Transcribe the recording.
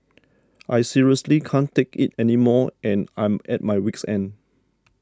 I seriously can't take it anymore and I'm at my week's end